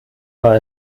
war